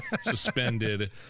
suspended